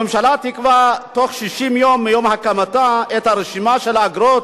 הממשלה תקבע תוך 60 יום מיום הקמתה את הרשימה של האגרות,